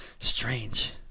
Strange